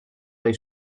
dai